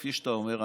כפי שאתה אומר,